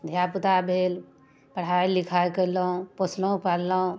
धिआपुता भेल पढ़ाइ लिखाइ केलहुँ पोसलहुँ पाललहुँ